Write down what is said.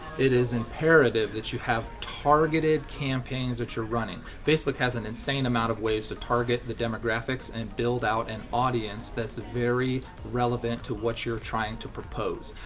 it is imperative that you have targeted campaigns that you're running. facebook has an insane amount of ways to target the demographics and build out an audience that's very relevant to what you're trying to propose.